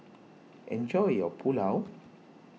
enjoy your Pulao